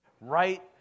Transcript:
right